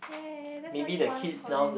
ya that's only one point